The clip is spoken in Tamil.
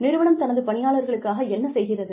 நிறுவனம் தனது பணியாளர்களுக்காக என்ன செய்கிறது